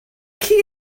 key